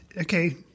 okay